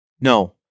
no